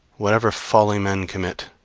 whatever folly men commit,